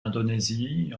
indonésie